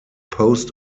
post